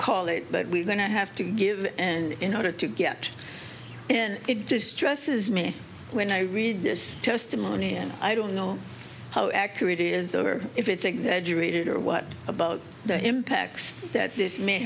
call it but we're going to have to give and in order to get it distresses me when i read this testimony and i don't know how accurate is the or if it's exaggerated or what about the impacts that this may